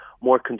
more